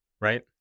Right